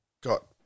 got